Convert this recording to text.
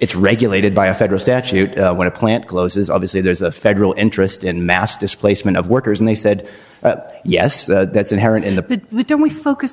it's regulated by a federal statute when a plant closes obviously there's a federal interest in mass displacement of workers and they said yes that's inherent in the we don't we focus on